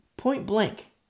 Point-blank